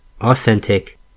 authentic